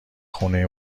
خونه